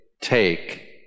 take